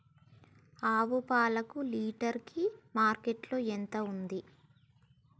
ఆవు పాలకు లీటర్ కి మార్కెట్ లో ఎంత ఉంది?